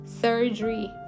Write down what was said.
surgery